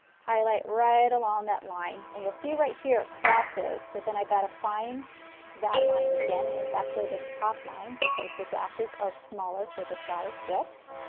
highlight right along that line and you will see right here it cross so then i got to find that line again and it's actually this top line because the dashes are smaller for the size six